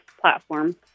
platform